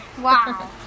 Wow